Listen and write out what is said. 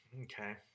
Okay